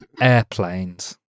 Airplanes